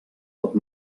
pot